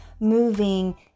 moving